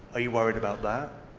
are you worried about that?